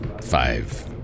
five